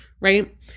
right